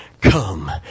Come